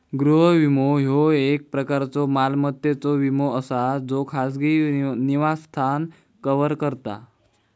गृह विमो, ह्यो एक प्रकारचो मालमत्तेचो विमो असा ज्यो खाजगी निवासस्थान कव्हर करता